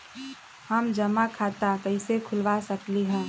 हम जमा खाता कइसे खुलवा सकली ह?